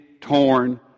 torn